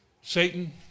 Satan